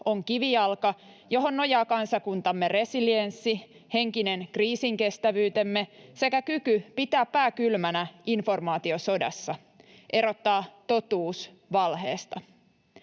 on kivijalka, johon nojaa kansakuntamme resilienssi, henkinen kriisinkestävyytemme sekä kyky pitää pää kylmänä informaatiosodassa, erottaa totuus valheesta.